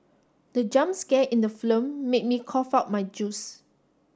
the jump scare in the film made me cough out my juice